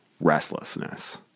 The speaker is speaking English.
restlessness